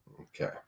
Okay